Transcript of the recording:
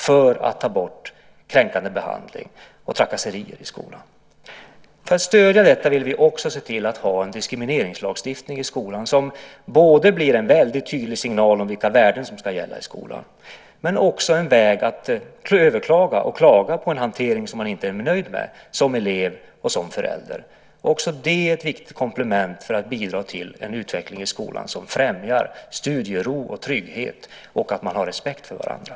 För att stödja detta vill vi också se till att ha en diskrimineringslagstiftning i skolan som både blir en väldigt tydlig signal om vilka värden som ska gälla i skolan och en väg att överklaga och klaga på en hantering som man inte är nöjd med som elev och som förälder. Det är också ett viktigt komplement för att bidra till en utveckling som främjar studiero och trygghet i skolan och respekt för varandra.